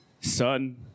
Son